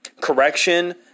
correction